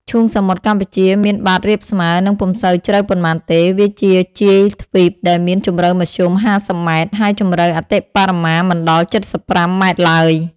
ឈូងសមុទ្រកម្ពុជាមានបាតរាបស្មើ និងពុំសូវជ្រៅប៉ុន្មានទេ វាជាជាយទ្វីបដែលមានជំរៅមធ្យម ៥០ ម៉ែត្រ ហើយជំរៅអតិបរមាមិនដល់ ៧៥ ម៉ែត្រឡើយ។